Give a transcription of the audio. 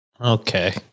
Okay